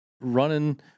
running